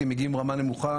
כי הם מגיעים ברמה נמוכה